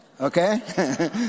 Okay